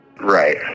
Right